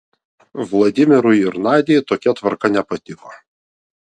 vladimirui ir nadiai tokia tvarka nepatiko